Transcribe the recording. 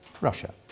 Russia